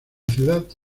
ciudad